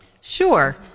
Sure